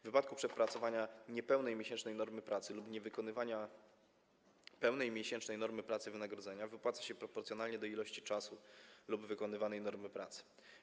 W wypadku przepracowania niepełnej miesięcznej normy pracy lub niewykonania pełnej miesięcznej normy pracy wynagrodzenie wypłaca się proporcjonalnie do ilości czasu lub wykonanej normy pracy.